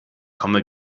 komme